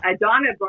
Donna